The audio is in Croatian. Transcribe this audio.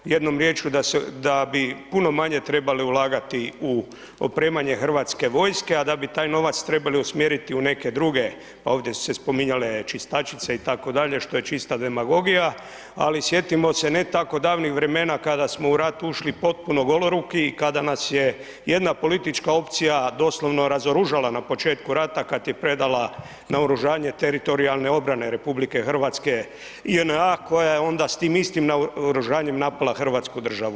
Jednom riječju da bi puno manje trebali ulagati u opremanje hrvatske vojske a da bi taj novac trebali usmjeriti u neke druge, ovdje su se spominjale čistačice itd., što je čista demagogija ali sjetimo se ne tako davnih vremena kada smo u rat ušli potpuno goloruki i kada nas je jedna politička opcija doslovno razoružala na početku rata kad je predala naoružanje teritorijalne obrane RH, JNA koja je onda s tim istim naoružanjem napala hrvatsku državu?